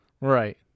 Right